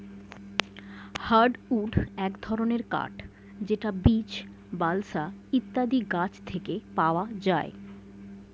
hardwood এক ধরনের কাঠ যেটা বীচ, বালসা ইত্যাদি গাছ থেকে পাওয়া যায়